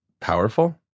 powerful